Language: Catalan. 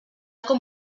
com